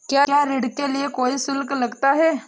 क्या ऋण के लिए कोई शुल्क लगता है?